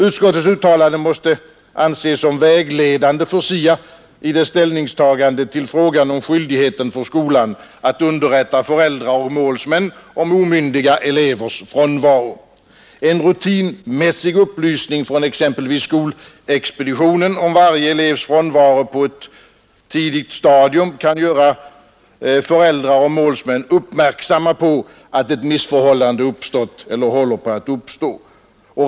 Utskottets uttalande måste anses som vägledande för SIA i dess ställningstagande till frågan om skyldigheten för skolan att underrätta föräldrar och målsmän om omyndiga elevers frånvaro. En rutinmässig upplysning på ett tidigt stadium från exempelvis skolexpeditionen om varje elevs frånvaro kan göra föräldrar och målsmän uppmärksamma på att ett missförhållande har uppstått eller håller på att uppstå.